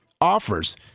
offers